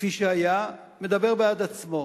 כפי שהיה, מדבר בעד עצמו.